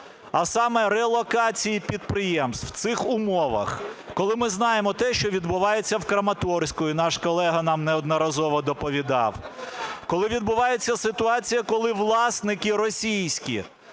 а саме релокації підприємств у цих умовах, коли ми знаємо те, що відбувається в Краматорську, і наш колега нам неодноразово доповідав; коли відбувається ситуація, коли власники російські